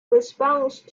response